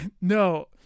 No